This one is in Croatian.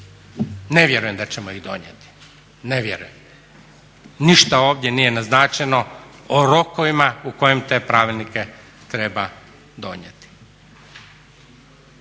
Ne vjerujem da ćemo ih donijeti, ne vjerujem. Ništa ovdje nije naznačeno o rokovima u kojem te pravilnike treba donijeti.